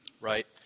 Right